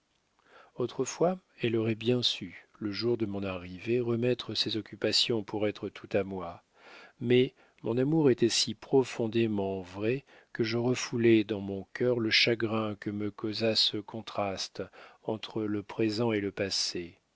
autrefois elle aurait bien su le jour de mon arrivée remettre ses occupations pour être toute à moi mais mon amour était si profondément vrai que je refoulai dans mon cœur le chagrin que me causa ce contraste entre le présent et le passé